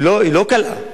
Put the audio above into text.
היא לא קלה.